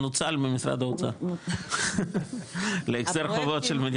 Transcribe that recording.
נוצל ממשרד האוצר להחזר חובות של מדינת ישראל.